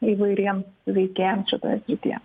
įvairiems veikėjams šitoje srityje